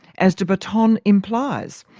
as de botton implies?